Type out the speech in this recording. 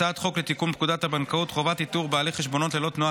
הצעת חוק לתיקון פקודת הבנקאות (חובת איתור בעלי חשבונות ללא תנועה),